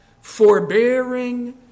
forbearing